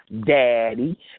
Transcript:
daddy